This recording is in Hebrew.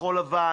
כחול לבן,